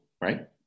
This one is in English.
right